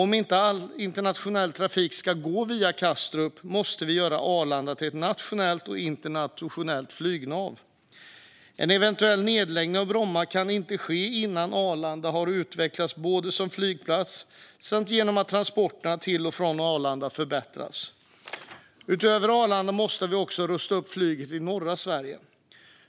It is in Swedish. Om inte all internationell trafik ska gå via Kastrup måste Arlanda göras till ett nationellt och internationellt flygnav. Och en eventuell nedläggning av Bromma kan inte ske innan Arlanda har utvecklats både som flygplats och genom att transporterna till och från Arlanda har förbättrats. Utöver Arlanda måste vi rusta upp flyget i norra Sverige.